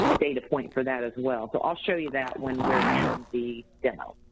data point for that as well, but i'll show you that when we're in the demo.